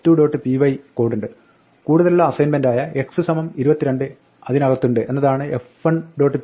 py കോഡുണ്ട് കൂടുതലുള്ള അസൈൻമെന്റായ x 22 അതിനകത്തുണ്ട് എന്നതാണ് f1